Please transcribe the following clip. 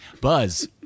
Buzz